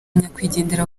nyakwigendera